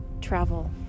travel